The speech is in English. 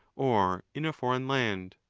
or in a foreign land.